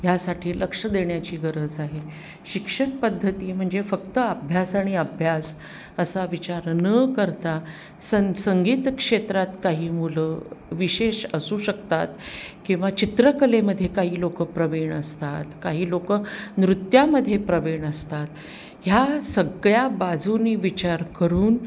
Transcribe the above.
ह्यासाठी लक्ष देण्याची गरज आहे शिक्षण पद्धती म्हणजे फक्त अभ्यास आणि अभ्यास असा विचार न करता सं संगीत क्षेत्रात काही मुलं विशेष असू शकतात किंवा चित्रकलेमध्ये काही लोक प्रविण असतात काही लोक नृत्यामध्ये प्रविण असतात ह्या सगळ्या बाजूने विचार करून